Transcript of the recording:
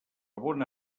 bona